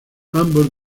ambos